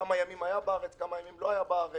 כמה ימים היה בארץ וכמה ימים לא היה בארץ,